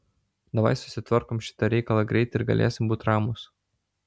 davai susitvarkom šitą reikalą greit ir galėsim būt ramūs